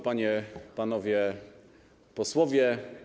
Panie i Panowie Posłowie!